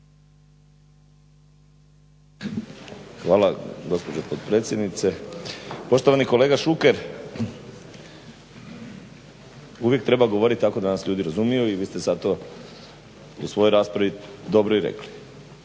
Hvala gospođo potpredsjednice. Poštovani kolega Šuker, uvijek treba govoriti tako da vas ljudi razumiju, vi ste sada i u svojoj raspravi dobro rekli.